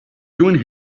doing